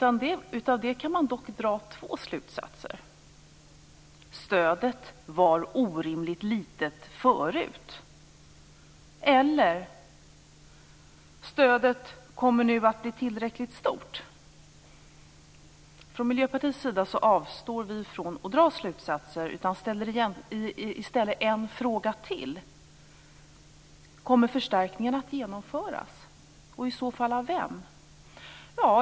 Av detta kan man dra två slutsatser: Stödet var orimligt litet tidigare eller att stödet nu kommer att bli tillräckligt stort. Vi från Miljöpartiet avstår från att dra slutsatser utan vi vill ställa ytterligare en fråga: Kommer förstärkningen att genomföras? Och i så fall av vem?